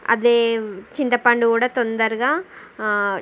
అదే చింతపండు కూడా తొందరగా